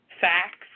facts